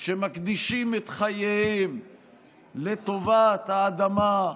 שמקדישים את חייהם לטובת האדמה,